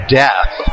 death